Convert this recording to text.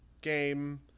game